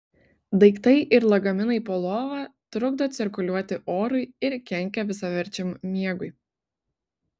daiktai ir lagaminai po lova trukdo cirkuliuoti orui ir kenkia visaverčiam miegui